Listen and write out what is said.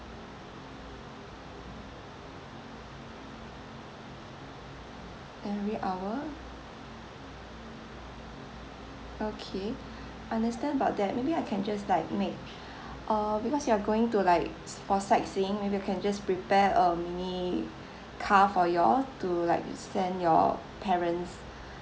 every hour okay understand about that maybe I can just like make uh because you are going to like for sightseeing maybe we can just prepare a mini car for you all to like send your parents